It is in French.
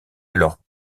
alors